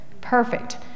Perfect